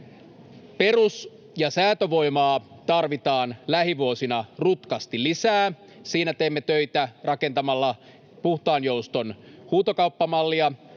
Perus- ja säätövoimaa tarvitaan lähivuosina rutkasti lisää. Siinä teemme töitä rakentamalla puhtaan jouston huutokauppamallia,